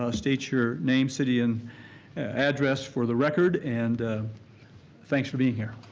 ah state your name, city, and address for the record and thanks for being here.